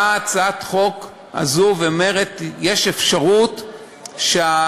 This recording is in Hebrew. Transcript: באה הצעת החוק הזאת ואומרת שיש אפשרות שהדיון